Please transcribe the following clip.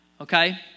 okay